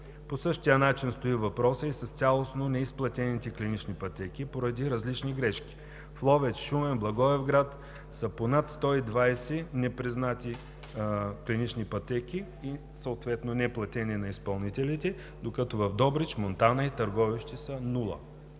По същия начин стои и въпросът с цялостно неизплатените клинични пътеки поради различни грешки. В Ловеч, Шумен, Благоевград са по над 120 непризнати клинични пътеки, съответно неплатени на изпълнителите, докато в Добрич, Монтана и Търговище са нула.